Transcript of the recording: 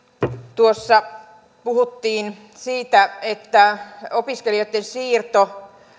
tuossa puhuttiin siitä että opiskelijoitten siirto